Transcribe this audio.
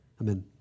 Amen